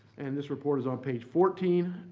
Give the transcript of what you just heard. and this report is on page fourteen.